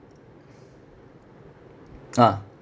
ah